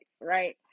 right